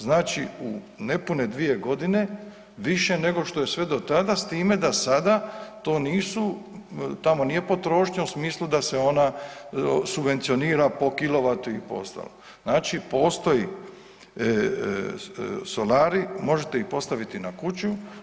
Znači u nepune 2.g. više nego što je sve do tada s time da sada to nisu, tamo nije potrošnja u smislu da se ona subvencionira po kilovatu i po ostalom, znači postoje solari, možete ih postaviti na kuću.